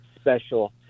special